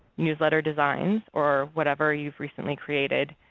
newsletter designs, or whatever you've recently created.